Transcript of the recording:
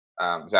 Zach